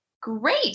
Great